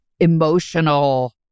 Emotional